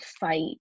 fight